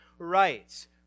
Rights